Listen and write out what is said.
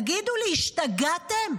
תגידו לי, השתגעתם?